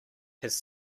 his